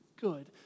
good